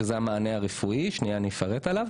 שזה המענה הרפואי עליו אני אפרט.